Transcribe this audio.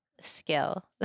skill